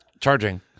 charging